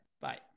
bye